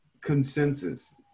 consensus